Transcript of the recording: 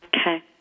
Okay